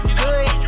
good